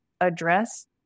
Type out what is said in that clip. address